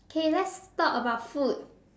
K let's talk about food